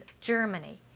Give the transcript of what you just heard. Germany